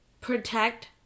protect